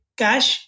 cash